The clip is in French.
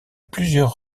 plusieurs